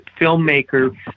filmmaker